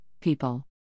people